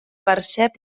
percep